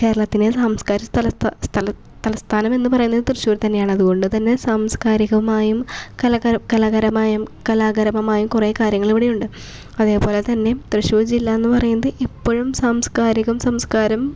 കേരളത്തിൻ്റെ സാംസ്കാരിക തലസ്ഥാ സ്ഥലസ്ഥ തലസ്ഥാനമെന്ന് പറയുന്നത് തൃശ്ശൂര് തന്നെയാണത് അതുകൊണ്ട് തന്നെ സാംസ്കാരികമായും കലാ കലാകാരമായും കലാകാരകമായും കുറെ കാര്യങ്ങൾ ഇവിടെ ഉണ്ട് അതേപോലെ തന്നെ തൃശ്ശൂർ ജില്ല എന്ന് പറയുന്നത് ഇപ്പഴും സാംസ്കാരികം സംസ്കാരം